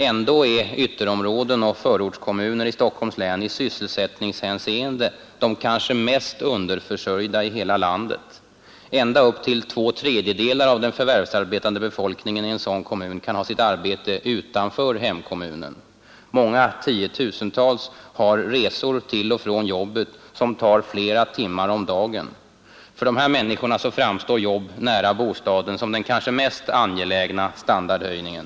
Ändå är ytterområden och förortskommuner i Stockholms län i sysselsättningshänseende de kanske mest underförsörjda i hela landet. Ända upp till två tredjedelar av den förvärvsarbetande befolkningen i en sådan kommun kan ha sitt arbete utanför denna. Många tiotusental människor har resor till och från jobbet som tar flera timmar om dagen. För dessa människor framstår jobb nära bostaden som den kanske mest angelägna standardhöjningen.